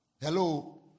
hello